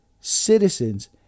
citizens